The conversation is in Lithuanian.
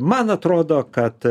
man atrodo kad